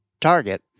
target